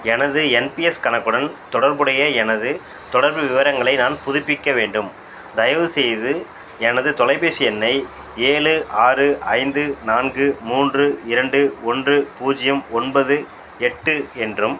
எனது என்பிஎஸ் கணக்குடன் தொடர்புடைய எனது தொடர்பு விவரங்களை நான் புதுப்பிக்க வேண்டும் தயவுசெய்து எனது தொலைபேசி எண்ணை ஏழு ஆறு ஐந்து நான்கு மூன்று இரண்டு ஒன்று பூஜ்யம் ஒன்பது எட்டு என்றும்